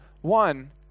One